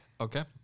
Okay